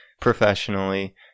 professionally